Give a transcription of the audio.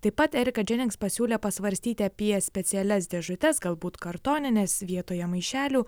taip pat erika dženings pasiūlė pasvarstyti apie specialias dėžutes galbūt kartonines vietoje maišelių